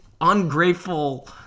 ungrateful